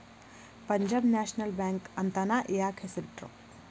Punjab National Bank ಅಂತನ ಯಾಕ್ ಹೆಸ್ರಿಟ್ರು?